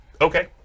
Okay